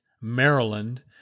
Maryland